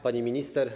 Pani Minister!